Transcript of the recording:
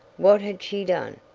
what had she done?